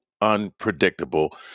unpredictable